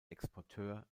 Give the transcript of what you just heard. exporteur